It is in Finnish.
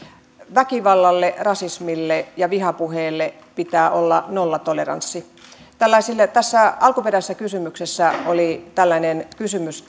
väkivallalle rasismille ja vihapuheelle pitää olla nollatoleranssi alkuperäisessä kysymyksessä oli kysymys